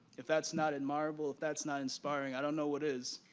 if that's not admirable, if that's not inspiring, i don't know what is.